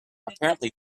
apparently